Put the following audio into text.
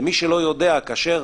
למי שלא יודע, כאשר